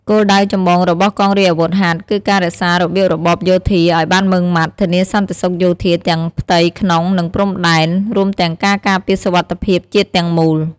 គោលដៅចម្បងរបស់កងរាជអាវុធហត្ថគឺការរក្សារបៀបរបបយោធាឲ្យបានម៉ឺងម៉ាត់ ធានាសន្តិសុខយោធាទាំងផ្ទៃក្នុងនិងព្រំដែន រួមទាំងការការពារសុវត្ថិភាពជាតិទាំងមូល។